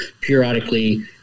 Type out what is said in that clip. periodically